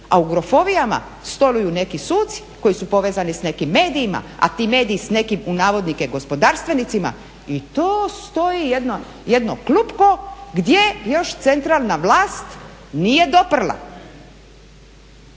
A u grofovijama stoluju neki suci koji su povezani s nekim medijima, a ti mediji s nekim u navodnike "gospodarstvenicima". I to stoji jedno klupko gdje još centralna vlast nije doprla.